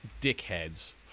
dickheads